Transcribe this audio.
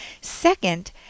Second